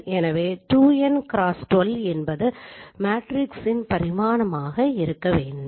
எனவே 2n x12 என்பது மேட்ரிக்ஸின் பரிமாணமாக இருக்க வேண்டும்